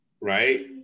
Right